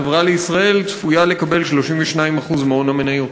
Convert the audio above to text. "החברה לישראל" צפויה לקבל 32% מהון המניות.